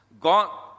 God